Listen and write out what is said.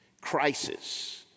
crisis